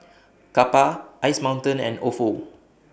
Kappa Ice Mountain and Ofo